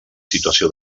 situació